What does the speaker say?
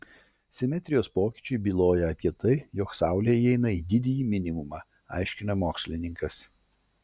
simetrijos pokyčiai byloja apie tai jog saulė įeina į didįjį minimumą aiškina mokslininkas